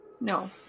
No